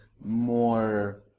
more